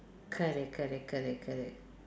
correct correct correct correct